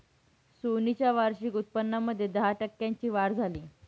Sony च्या वार्षिक उत्पन्नामध्ये दहा टक्क्यांची वाढ झाली